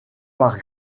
par